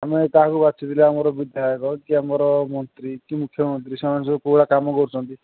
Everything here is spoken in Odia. ଆମେ କାହାକୁ ବାଛିଥିଲେ ଆମର ବିଧାୟକ କି ଆମର ମନ୍ତ୍ରୀ କି ମୁଖ୍ୟମନ୍ତ୍ରୀ ସେମାନେ ସବୁ କେଉଁ ଭଳିଆ କାମ କରୁଛନ୍ତି